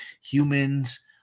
humans